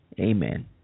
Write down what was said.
Amen